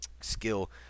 skill